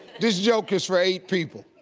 this joke is for eight people.